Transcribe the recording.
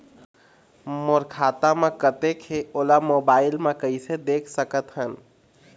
मोर खाता म कतेक हे ओला मोबाइल म कइसे देख सकत हन?